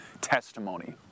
testimony